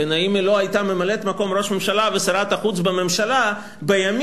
האם היא לא היתה ממלאת-מקום ראש הממשלה ושרת החוץ בממשלה בימים,